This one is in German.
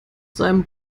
seinem